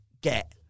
get